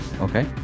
Okay